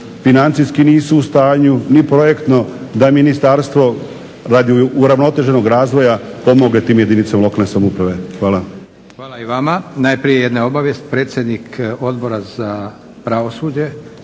financijski nisu u stanju ni projektno da ministarstvo radi uravnoteženog razvoja pomogne tim jedinicama lokalne samouprave. Hvala. **Leko, Josip (SDP)** Hvala i vama. Najprije jedna obavijest. Predsjednik Odbora za pravosuđe